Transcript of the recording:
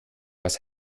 was